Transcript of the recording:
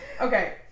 Okay